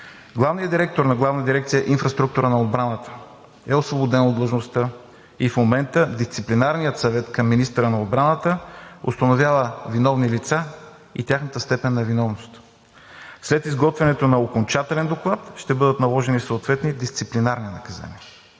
Главният директор на Главна дирекция „Инфраструктура на отбраната“ е освободен от длъжността и в момента дисциплинарният съвет към министъра на отбраната установява виновни лица и тяхната степен на виновност. След изготвянето на окончателен доклад ще бъдат наложени съответни дисциплинарни наказания.